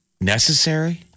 necessary